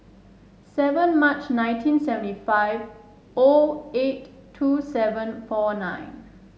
seven March nineteen seventy five O eight two seven four nine